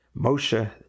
Moshe